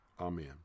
Amen